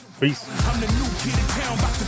Peace